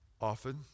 often